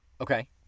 Okay